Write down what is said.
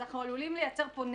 אנחנו עלולים ליצור פה נזק.